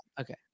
Okay